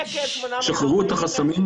שחררו את החסמים,